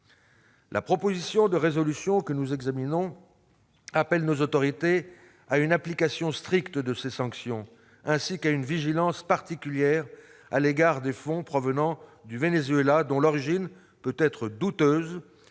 proposition de résolution appellent nos autorités à une application stricte de ces sanctions ainsi qu'à une vigilance particulière à l'égard des fonds provenant du Venezuela : leur origine peut être douteuse